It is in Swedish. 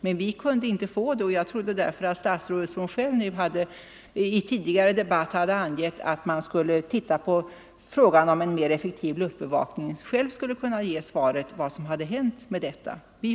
Men vi kunde inte få det, och jag trodde därför att statsrådet, som i tidigare debatt hade angivit att man skulle överse frågan om en mer effektiv luftbevakning, själv skulle kunna säga vad som hade hänt i ärendet.